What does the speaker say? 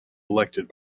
elected